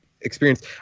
experience